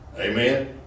amen